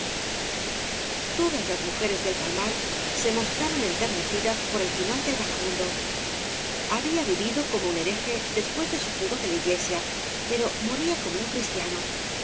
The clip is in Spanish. todas laa mujeres del palmar se mostraron enternecidas por el ñnal del vagabundo había vivido como un hereje después de su fuga de la iglesia pero moría como un cristiano